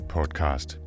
Podcast